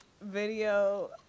video